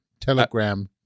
Telegram